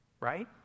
right